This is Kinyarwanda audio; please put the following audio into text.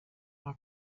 ngo